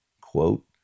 quote